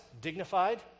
dignified